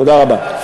תודה רבה.